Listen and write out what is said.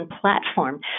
platform